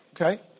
okay